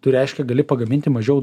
tu reiškia gali pagaminti mažiau